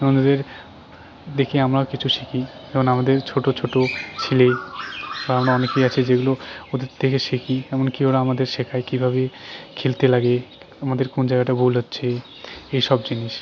এবং এদের দেখে আমরা কিছু শিখি যেমন আমাদের ছোট ছোট ছেলে বা আমরা অনেকেই আছে যেগুলো ওদের থেকে শিখি এমনকি ওরা আমাদের শেখায় কীভাবে খেলতে লাগে আমাদের কোন জায়গাটা ভুল যাচ্ছে এইসব জিনিস